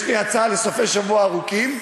יש לי הצעה לסופי-שבוע ארוכים,